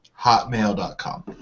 hotmail.com